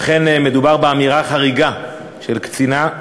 אכן מדובר באמירה חריגה של קצינה,